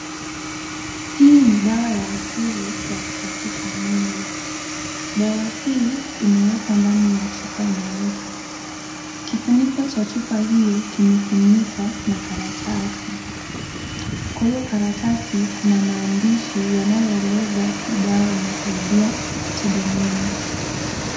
Hii ni dawa ya asili ya kusafisha mwili, Sawa hii imewekwa ndani ya chupa nyeupe . Kifuniko cha chupa hiyo kimefunikwa na karatasi ,Kwa hiyo karatasi kuna maandishi yanayoeleza hii dawa inasaidia kutibu nini.